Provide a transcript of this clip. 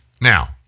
Now